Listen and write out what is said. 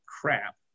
crap